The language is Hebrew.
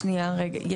שנייה רגע.